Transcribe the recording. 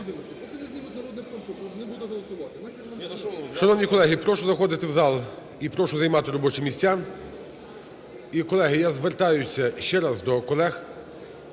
Шановні колеги! Прошу заходити в зал і прошу займати робочі місця. І, колеги, я звертаюсь ще раз до колег.